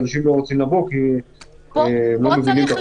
אבל אנשים לא רוצים לבוא כי הם לא מבינים את החשיבות של זה.